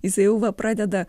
jisai jau va pradeda